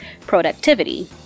productivity